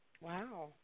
Wow